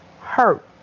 hurt